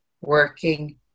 working